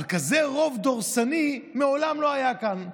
אבל כזה רוב דורסני מעולם לא היה כאן.